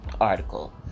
article